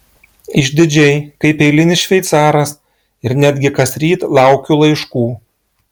išdidžiai kaip eilinis šveicaras ir netgi kasryt laukiu laiškų